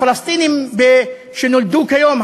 הפלסטינים שנולדו כיום,